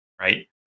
right